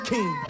King